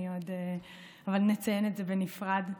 אבל נציין את זה בנפרד,